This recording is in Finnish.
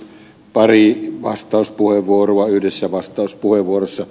pari vastauspuheenvuoroa yhdessä vastauspuheenvuorossa